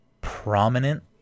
prominent